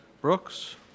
Brooks